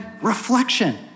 reflection